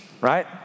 right